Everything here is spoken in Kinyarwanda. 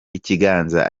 ikiganza